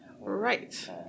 Right